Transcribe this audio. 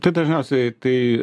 tai dažniausiai tai